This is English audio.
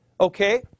Okay